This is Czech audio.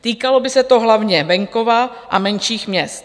Týkalo by se to hlavně venkova a menších měst.